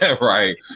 right